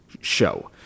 show